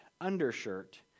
undershirt